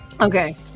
Okay